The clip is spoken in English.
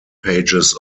pages